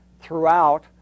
throughout